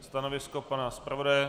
Stanovisko pana zpravodaje?